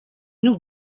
nous